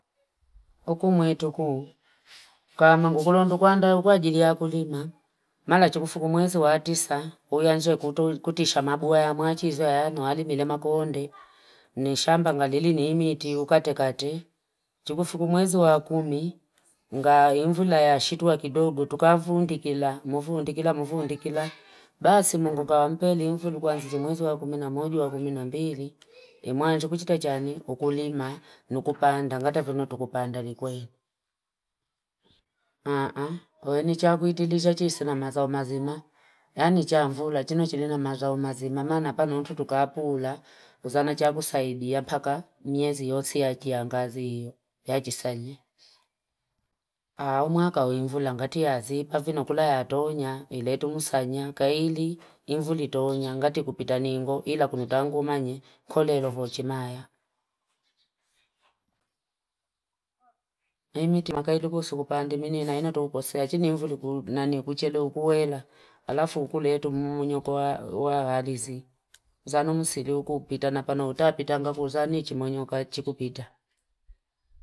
Hukumu yetu kuu. Kama ngugulu ndukua anda ukua jili ya kulima, mala chukufu kumuwezu wa atisa, uyanjwe kutisha mabuwa ya machi, hizo ya alimilema kuhonde, nishamba nga lili ni imeti, ukate kate. Chukufu kumuwezu wa akumi, nga imvula ya shitu wa kidogu, tukafundi kila, mufundi kila, mufundi kila. Basi mfuga wampeli, imvula ndukua nzuzumuwezu wa akuminamoji wa akuminambili, imuanjwe kuchita jani, kukulima, nukupaanda, nga tefuno tukupaanda li kwenye. nchaku itilisha chisina mazao mazima, ya ni chambula, chino chilina mazao mazima, mama na pana untu tukapula, uzana chakusailia paka mnyezi yosi ya kia ngazi ya jisanya. Umuaka uimvula, nga tiazi, pafina kula ya tonya, iletu musanya, kaili imvuli tonya, nga tikupita ningo, ila kunuta angumanye, kule ilo kuchimaya. Imiti maka ilikuwa tukupaandi, mini inaina tukuposai, achini imvuli nani kuchele ukuwela, alafu ukuletu mumunyo kwa halizi. Zanumusi ili ukupita, na pana utapita, nga kuruzaanichi, mumunyo kachikupita.